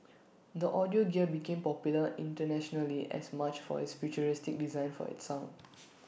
the audio gear became popular internationally as much for its futuristic design for its sound